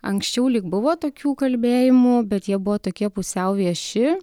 anksčiau lyg buvo tokių kalbėjimų bet jie buvo tokie pusiau vieši